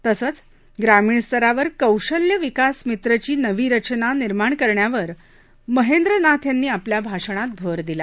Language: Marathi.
तसंच ग्रामीण स्तरावर कौशल विकास मित्रची नवी रचना निर्माण करण्यावर महेंद्र नाथ यांनी आपल्या भाषणात भर दिला